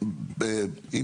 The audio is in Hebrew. נציגת נת"ע,